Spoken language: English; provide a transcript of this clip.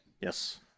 Yes